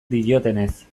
diotenez